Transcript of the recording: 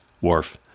Worf